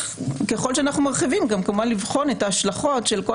וככל שאנחנו מרחיבים נצטרך גם כמובן לבחון את ההשלכות של כל